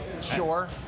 Sure